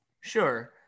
Sure